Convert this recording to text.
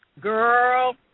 Girl